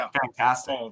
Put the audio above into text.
fantastic